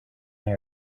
they